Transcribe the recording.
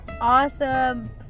awesome